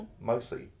Mostly